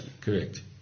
Correct